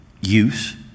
use